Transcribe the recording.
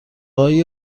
های